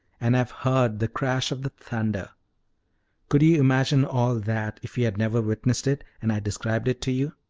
and have heard the crash of the thunder could you imagine all that if you had never witnessed it, and i described it to you?